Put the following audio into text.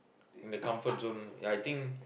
in the comfort zone I think